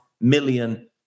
million